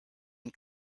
and